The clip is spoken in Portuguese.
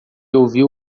ouviu